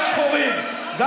מבינים?